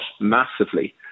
massively